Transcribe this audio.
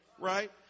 Right